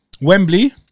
Wembley